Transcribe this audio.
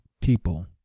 people